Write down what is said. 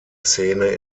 szene